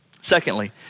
Secondly